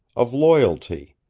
of loyalty,